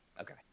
okay